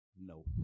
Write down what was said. no